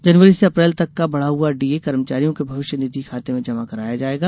जनवरी से अप्रैल तक का बढ़ा हुआ डीए कर्मचारियों के भविष्य निधि खाते में जमा कराया जाएगा